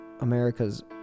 America's